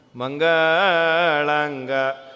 Mangalanga